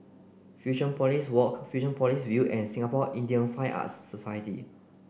Fusionopolis Walk Fusionopolis View and Singapore Indian Fine Arts Society